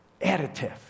additive